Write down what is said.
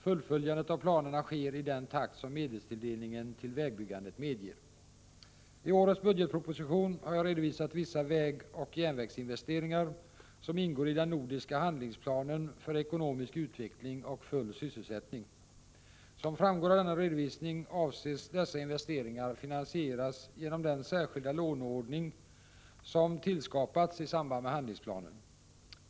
Fullföljandet av planerna sker i den takt som medelstilldelningen till vägbyggandet medger. I årets budgetproposition har jag redovisat vissa vägoch järnvägsinvesteringar som ingår i den nordiska handlingsplanen för ekonomisk utveckling och full sysselsättning. Som framgår av denna redovisning avses dessa investeringar finansieras genom den särskilda låneordning som tillskapats i samband med handlingsplanen.